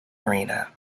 arena